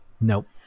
Nope